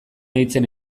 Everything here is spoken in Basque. hitzen